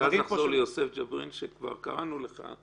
ונחזור ליוסף ג'בארין שכבר קראנו לך.